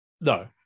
No